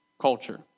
culture